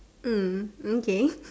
mm okay